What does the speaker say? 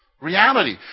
Reality